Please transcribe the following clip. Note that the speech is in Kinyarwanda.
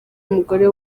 umugore